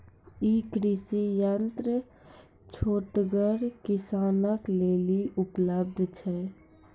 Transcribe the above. ई कृषि यंत्र छोटगर किसानक लेल उपलव्ध छै?